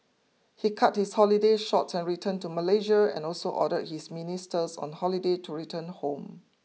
he cut his holiday short and returned to Malaysia and also ordered his ministers on holiday to return home